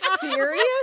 serious